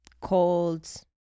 colds